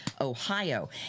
Ohio